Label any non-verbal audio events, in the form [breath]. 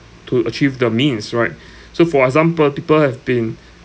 to achieve the means right [breath] so for example people have been [breath]